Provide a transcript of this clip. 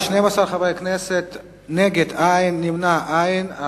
נגד, אין, נמנעים, אין.